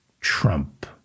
trump